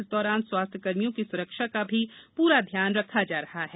इस दौरान स्वास्थ्यकर्मियों की सुरक्षा का भी पूरा ध्यान रखा जा रहा है